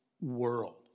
world